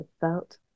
felt